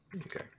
Okay